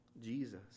Jesus